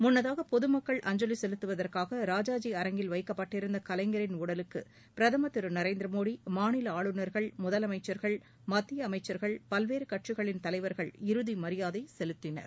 முன்னதாக பொதுமக்கள் அஞ்சலி செலுத்துவதற்காக ராஜாஜி அரங்கில் வைக்கப்பட்டிருந்த கலைஞரின் உடலுக்கு பிரதமர் திரு நரேந்திரமோடி மாநில ஆளுநர்கள் முதலமைச்சர்கள் மத்திய அமைச்சர்கள் பல்வேறு கட்சிகளின் தலைவர்கள் இறுதி மரியாதை செலுத்தினர்